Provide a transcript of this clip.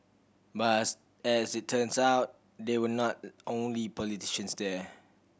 but as as it turns out they were not the only politicians there